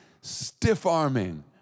stiff-arming